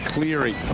Cleary